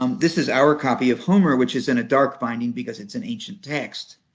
um this is our copy of homer, which is in a dark binding because it's an ancient text.